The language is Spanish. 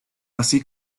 así